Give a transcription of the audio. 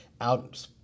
out